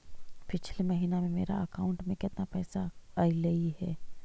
पिछले महिना में मेरा अकाउंट में केतना पैसा अइलेय हे?